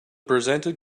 presented